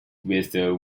whistle